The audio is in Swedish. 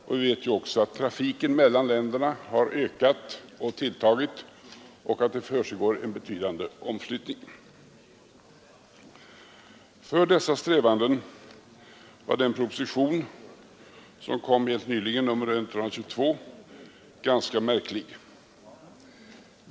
Vi vet också att trafiken mellan länderna har ökat och att det försiggår en betydande omflyttning. Med utgångspunkt i dessa strävanden var propositionen 122, som kom helt nyligen, ganska märklig.